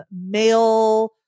male